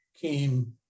came